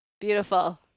Beautiful